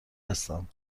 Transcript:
هستم